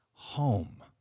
home